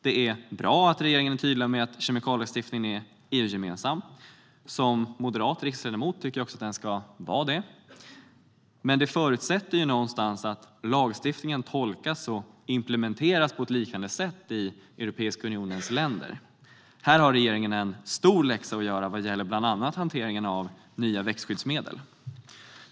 Det är bra att regeringen är tydlig med att kemikalielagstiftningen är EU-gemensam. Vi moderater tycker också att den ska vara det. Men det förutsätter också att lagstiftningen tolkas och implementeras på ett liknande sätt i Europeiska unionens länder. Här har regeringen en stor läxa att göra vad gäller bland annat hanteringen av nya växtskyddsmedel.